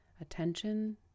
attention